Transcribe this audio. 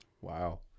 Wow